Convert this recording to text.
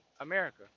America